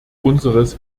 unseres